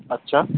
আচ্ছা